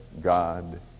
God